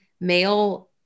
male